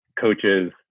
coaches